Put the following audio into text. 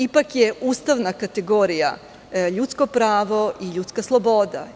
Ipak je ustavna kategorija ljudsko pravo i ljudska sloboda.